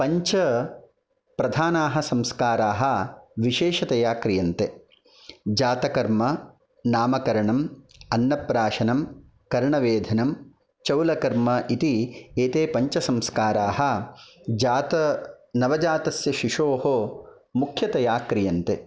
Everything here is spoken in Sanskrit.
पञ्चप्रधानाः संस्काराः विशेषतया क्रियन्ते जातकर्म नामकरणम् अन्नप्राशनं कर्णवेधनं चौलकर्म इति एते पञ्चसंस्कारः जात नवजातस्य शिशोः मुख्यतया क्रियन्ते